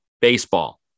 baseball